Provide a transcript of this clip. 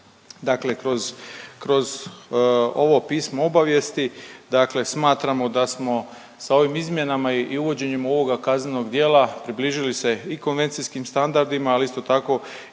kroz, kroz ovo pismo obavijesti dakle smatramo da smo sa ovim izmjenama i uvođenjem ovoga kaznenoga djela približili se i konvencijskim standardima, ali isto tako